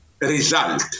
result